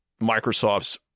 Microsoft's